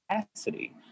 capacity